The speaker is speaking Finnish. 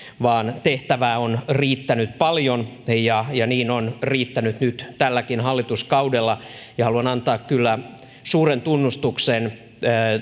vaan tehtävää on riittänyt paljon ja ja niin on riittänyt nyt tälläkin hallituskaudella haluan kyllä antaa suuren tunnustuksen